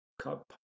cup